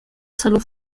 salud